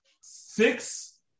Six